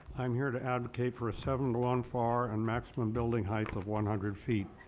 i am here to advocate for a seven to one far and maximum building height of one hundred feet.